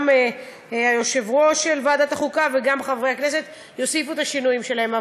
גם היושב-ראש של ועדת החוקה וגם חברי הכנסת יוסיפו את השינויים שלהם.